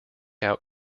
out